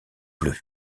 bleus